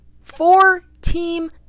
four-team